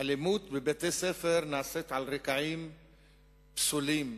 האלימות בבתי-ספר היא על רקעים פסולים,